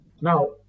Now